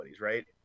right